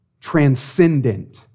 Transcendent